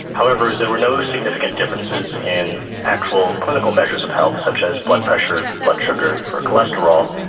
however, there were no significant differences in actual clinical measures of health such as blood pressure, blood sugar or cholesterol,